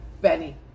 Benny